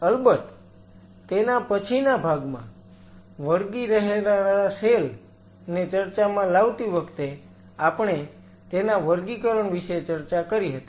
અલબત્ત તેના પછીના ભાગમાં વળગી રહેનારા સેલ ને ચર્ચામાં લાવતી વખતે આપણે તેના વર્ગીકરણ વિશે ચર્ચા કરી હતી